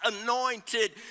anointed